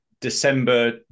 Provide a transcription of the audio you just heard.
December